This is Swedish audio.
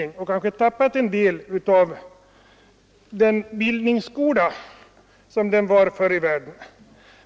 Den har därmed kanske tappat en del av betydelsen som bildningsskola, som den hade förr i tiden.